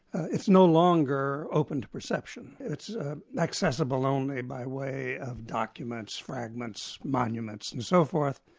it's no longer open to perception, it's ah accessible only by way of documents, fragments, monuments and so forth,